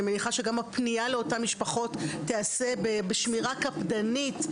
אני מניחה שגם הפנייה לאותן משפחות תיעשה בשמירה קפדנית,